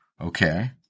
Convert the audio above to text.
Okay